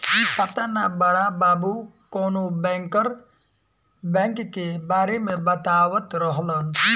पाता ना बड़ा बाबु कवनो बैंकर बैंक के बारे में बतावत रहलन